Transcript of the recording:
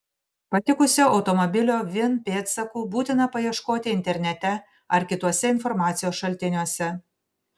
patikusio automobilio vin pėdsakų būtina paieškoti internete ar kituose informacijos šaltiniuose